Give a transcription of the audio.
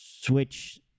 switch